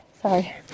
sorry